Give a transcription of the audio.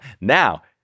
now